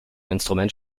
instrument